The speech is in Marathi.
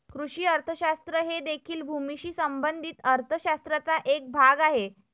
कृषी अर्थशास्त्र हे देखील भूमीशी संबंधित अर्थ शास्त्राचा एक भाग आहे